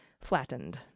flattened